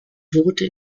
wurden